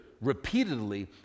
repeatedly